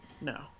No